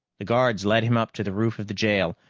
the guards led him up to the roof of the jail,